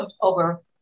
over